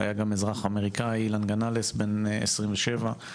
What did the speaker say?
הנרצח אלן גנלס, בן 27,